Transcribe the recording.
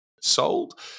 sold